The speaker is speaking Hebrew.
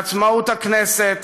לעצמאות הכנסת,